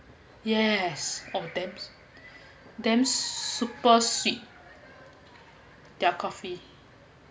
yes oh damn damn super sweet their coffee